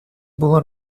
було